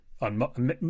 on